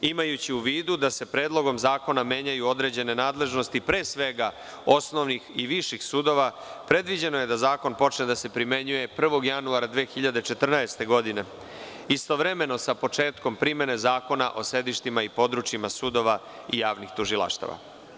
Imajući u vidu da se predlogom zakona menjaju određene nadležnosti, pre svega osnovnih i viših sudova, predviđeno je da zakon počne da se primenjuje 1. januara 2014. godine, istovremeno, sa početkom primene zakona o sedištima i područjima sudova i javnih tužilaštava.